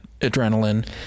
adrenaline